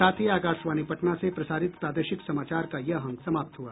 इसके साथ ही आकाशवाणी पटना से प्रसारित प्रादेशिक समाचार का ये अंक समाप्त हुआ